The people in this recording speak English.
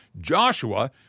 Joshua